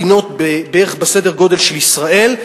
מדינות בערך בסדר-גודל של ישראל,